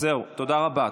תודה רבה.